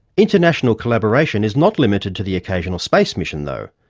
international collaboration is not limited to the occasional space mission though,